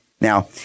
Now